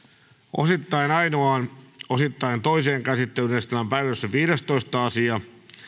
osittain ainoaan osittain toiseen käsittelyyn esitellään päiväjärjestyksen viidestoista asia